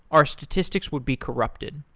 our statistics would be corrupted.